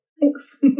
Thanks